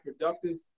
productive